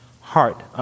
heart